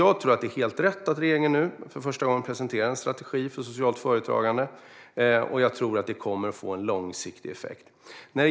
Jag tror att det är helt rätt att regeringen nu för första gången presenterar en strategi för socialt företagande, och jag tror att detta kommer att få en långsiktig effekt.